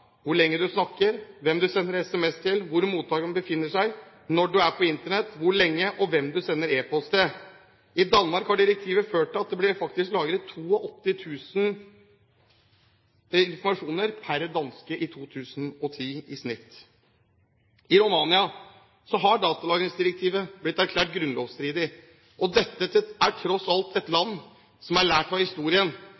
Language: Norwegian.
hvor du ringer fra, hvor lenge du snakker, hvem du sender SMS til, hvor mottakeren befinner seg, når du er på Internett, hvor lenge og hvem du sender e-post til. I Danmark har direktivet ført til at det i snitt ble lagret 82 000 opplysninger per danske i 2010. I Romania har datalagringsdirektivet blitt erklært grunnlovsstridig. Dette er tross alt et